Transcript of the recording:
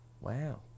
wow